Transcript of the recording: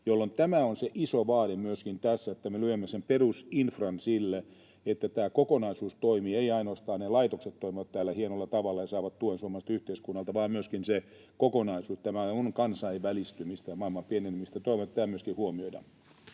tämä on se iso vaade myöskin tässä, että me lyömme sen perusinfran sille, että tämä kokonaisuus toimii, etteivät ainoastaan ne laitokset toimi täällä hienolla tavalla ja saa tuen suomalaiselta yhteiskunnalta, vaan myöskin se kokonaisuus. Tämä on kansainvälistymistä ja maailman pienentymistä. Toivon, että tämä myöskin huomioidaan.